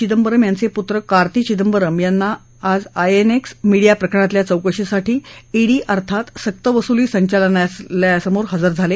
चिदंबरम यांचे पुत्र कार्ती चिदंबरम आज आयएनएक्स मिडिया प्रकरणातल्या चौकशीसाठी आज ईडी अर्थात सक्तवसुली संचालनालयासमोर हजर झाले